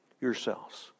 yourselves